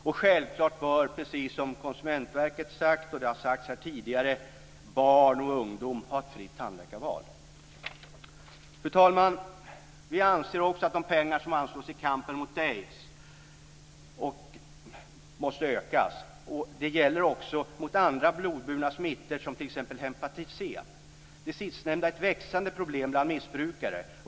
Och självklart bör, precis som Konkurrensverket sagt och som sagts här tidigare, barn och ungdom ha ett fritt tandläkarval. Fru talman! Vi anser också att de pengar som anslås i kampen mot aids måste ökas. Det gäller också andra blodburna smittor som t.ex. hepatit C. Det sistnämnda är ett växande problem bland missbrukare.